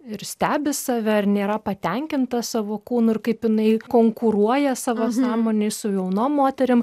ir stebi save ir nėra patenkinta savo kūnu ir kaip jinai konkuruoja savo sąmonėj su jaunom moterim